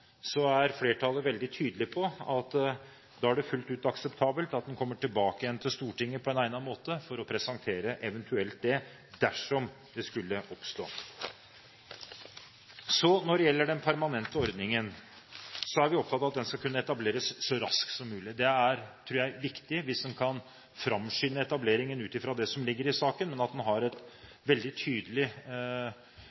Så når det gjelder den permanente ordningen, er vi opptatt av at den skal kunne etableres så raskt som mulig. Jeg tror det er viktig hvis en kan framskynde etableringen ut fra det som ligger i saken, men at en har